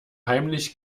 heimlich